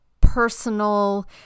personal